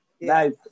Nice